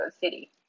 City